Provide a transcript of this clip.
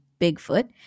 Bigfoot